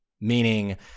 meaning